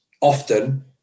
often